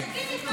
הם מתים.